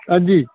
हां जी